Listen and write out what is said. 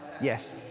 Yes